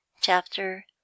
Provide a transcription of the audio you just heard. Chapter